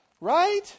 right